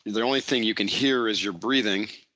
the only thing you can hear is your breathing.